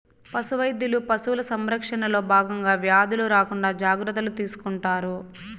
పశు వైద్యులు పశువుల సంరక్షణలో భాగంగా వ్యాధులు రాకుండా జాగ్రత్తలు తీసుకుంటారు